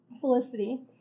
Felicity